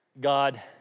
God